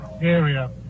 area